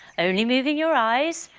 only moving your eyes,